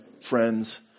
friends